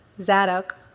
Zadok